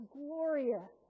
glorious